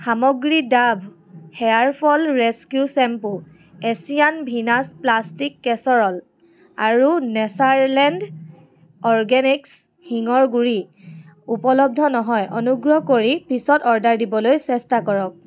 সামগ্ৰী Dove hair fall rescue shampoo Asian Venus plastic casserole আৰু Natureland Organics হিঙৰ গুড়ি উপলব্ধ নহয় অনুগ্ৰহ কৰি পিছত অৰ্ডাৰ দিবলৈ চেষ্টা কৰক